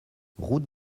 route